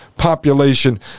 Population